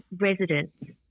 residents